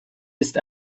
ist